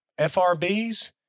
FRBs